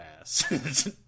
ass